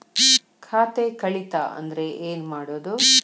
ಖಾತೆ ಕಳಿತ ಅಂದ್ರೆ ಏನು ಮಾಡೋದು?